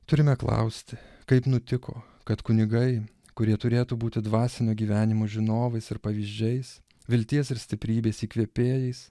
turime klausti kaip nutiko kad kunigai kurie turėtų būti dvasinio gyvenimo žinovais ir pavyzdžiais vilties ir stiprybės įkvėpėjais